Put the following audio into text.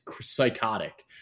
psychotic